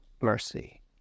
mercy